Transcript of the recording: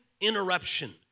interruption